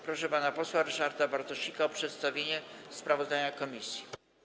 Proszę pana posła Ryszarda Bartosika o przedstawienie sprawozdania komisji.